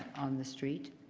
on the street?